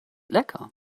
lecker